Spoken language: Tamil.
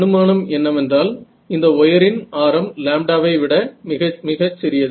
அனுமானம் என்னவென்றால் இந்த வயரின் ஆரம் லாம்ப்டாவை விட மிக மிகச் சிறியது